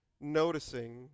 noticing